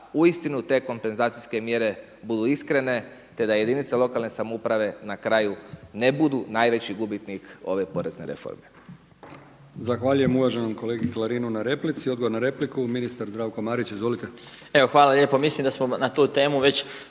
uistinu te kompenzacijske mjere budu iskrene te da jedinice lokalne samouprave na kraju ne budu najveći gubitnik ove porezne reforme.